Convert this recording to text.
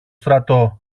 στρατό